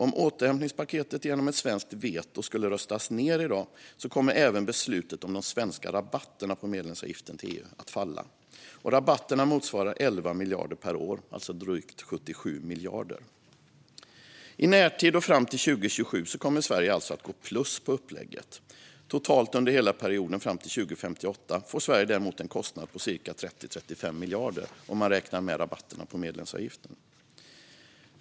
Om återhämtningspaketet genom ett svenskt veto röstas ned i dag kommer även beslutet om de svenska rabatterna på medlemsavgiften till EU att falla. Rabatterna motsvarar 11 miljarder per år, alltså drygt 77 miljarder. I närtid och fram till 2027 kommer Sverige alltså att gå plus på upplägget. Totalt under hela perioden fram till 2058 får Sverige däremot en kostnad på 30-35 miljarder, om man räknar med rabatterna på medlemsavgiften.